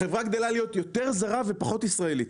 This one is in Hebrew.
החברה גדלה להיות יותר זרה ופחות ישראלית.